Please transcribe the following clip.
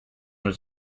was